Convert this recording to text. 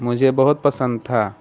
مجھے بہت پسند تھا